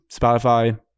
Spotify